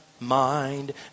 Mind